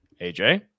AJ